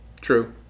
True